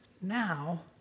now